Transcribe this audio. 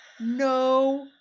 no